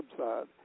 website